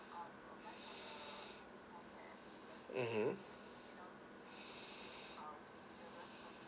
mmhmm